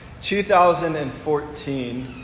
2014